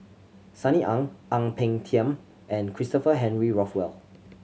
Sunny Ang Ang Peng Tiam and Christopher Henry Rothwell